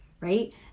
right